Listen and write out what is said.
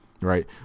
right